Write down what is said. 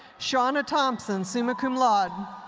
shawna thompson, summa cum laude.